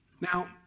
Now